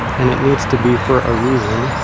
and it needs to be for a reason.